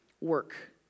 work